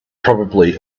probably